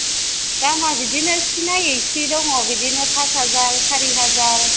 दामा बिदिनो सि नायै सि दङ बिदिनो फास हाजार सारि हाजार